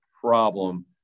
problem